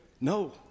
No